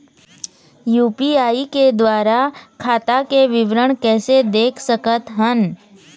UPI के द्वारा खाता के विवरण कैसे देख सकत हन?